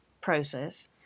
process